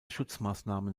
schutzmaßnahmen